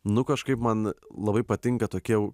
nu kažkaip man labai patinka tokie